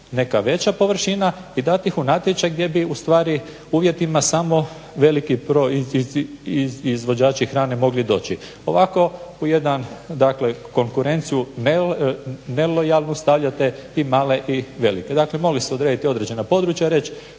neka veća površina i dati ih u natječaj gdje bi ustvari uvjetima samo veliki izvođači hrane mogli doći. Ovako u jedan, dakle konkurenciju nelojalnu stavljate i male i velike. Dakle, mogli ste odrediti određena područja i reći